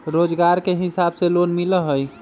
रोजगार के हिसाब से लोन मिलहई?